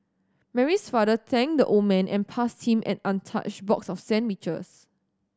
Mary's father thanked the old man and passed him an untouched box of sandwiches